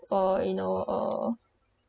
uh you know uh